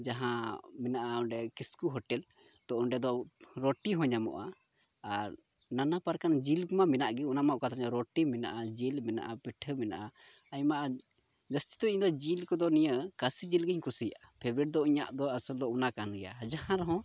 ᱡᱟᱦᱟᱸ ᱢᱮᱱᱟᱜᱼᱟ ᱚᱸᱰᱮ ᱠᱤᱥᱠᱩ ᱦᱳᱴᱮᱹᱞ ᱛᱚ ᱚᱸᱰᱮ ᱫᱚ ᱨᱳᱴᱤ ᱦᱚᱸ ᱧᱟᱢᱚᱜᱼᱟ ᱟᱨ ᱱᱟᱱᱟ ᱯᱚᱨᱠᱟᱨ ᱡᱤᱞ ᱩᱛᱩᱢᱟ ᱢᱮᱱᱟᱜ ᱜᱮ ᱚᱱᱟᱢᱟ ᱚᱠᱟ ᱫᱷᱟᱹᱵᱤᱡ ᱨᱳᱴᱤ ᱢᱮᱱᱟᱜᱼᱟ ᱡᱤᱞ ᱢᱮᱱᱟᱜᱼᱟ ᱯᱤᱴᱷᱟᱹ ᱢᱮᱱᱟᱜᱼᱟ ᱟᱭᱢᱟ ᱡᱟᱹᱥᱛᱤ ᱫᱚ ᱤᱧ ᱫᱚ ᱡᱤᱞ ᱠᱚᱫᱚ ᱱᱤᱭᱟᱹ ᱠᱟᱥᱤ ᱡᱤᱞ ᱜᱮᱧ ᱠᱩᱥᱤᱭᱟᱜᱼᱟ ᱯᱷᱮᱵᱽᱨᱮᱴ ᱫᱚ ᱤᱧᱟᱹᱜ ᱫᱚ ᱟᱥᱟ ᱫᱚ ᱚᱱᱟ ᱠᱟᱱ ᱜᱮᱭᱟ ᱡᱟᱦᱟᱸ ᱨᱮ ᱦᱚᱸ